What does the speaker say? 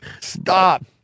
Stop